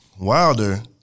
Wilder